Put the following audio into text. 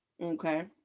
Okay